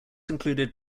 included